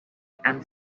and